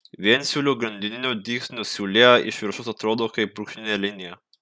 viensiūlio grandininio dygsnio siūlė iš viršaus atrodo kaip brūkšninė linija